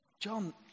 John